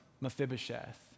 Mephibosheth